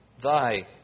thy